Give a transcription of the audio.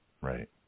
Right